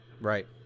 right